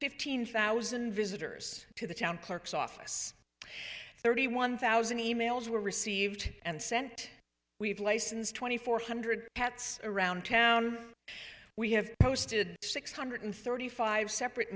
fifteen thousand visitors to the town clerk's office thirty one thousand e mails were received and sent we have licensed twenty four hundred cats around town we have posted six hundred thirty five separate